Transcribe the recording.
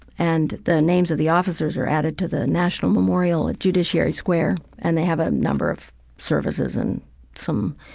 and the names of the officers are added to the national memorial at judiciary square and they have a number of services and some,